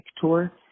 tour